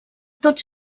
tots